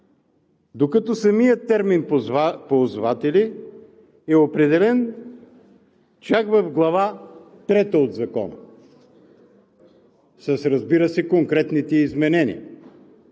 Докато самият термин „ползватели“ е определен чак в Глава трета от Закона, разбира се, с конкретните изменения.